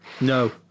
No